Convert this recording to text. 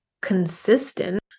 consistent